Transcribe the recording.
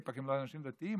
איפא"ק הם לא אנשים דתיים,